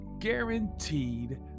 guaranteed